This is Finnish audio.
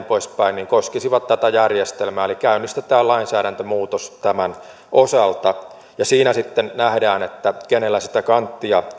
poispäin koskisivat tätä järjestelmää eli käynnistetään lainsäädäntömuutos tämän osalta siinä sitten nähdään kenellä on sitä kanttia